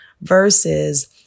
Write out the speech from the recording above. versus